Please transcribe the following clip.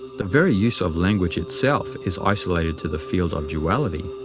the very use of language itself is isolated to the field of duality,